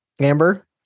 Amber